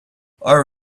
our